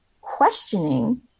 questioning